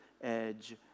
edge